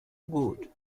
good